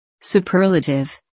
Superlative